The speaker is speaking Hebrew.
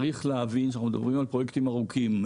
צריך להבין שאנחנו מדברים על פרויקטים ארוכים.